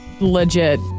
Legit